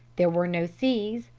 there were no seas,